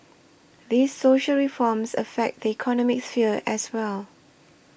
these social reforms affect the economic sphere as well